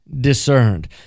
discerned